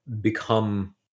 become